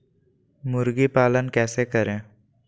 मुर्गी पालन कैसे करें?